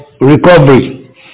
recovery